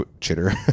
chitter